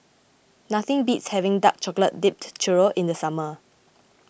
nothing beats having Dark Chocolate Dipped Churro in the summer